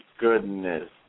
goodness